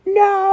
no